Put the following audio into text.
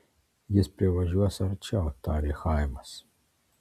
jis privažiuos arčiau tarė chaimas